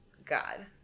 god